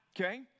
okay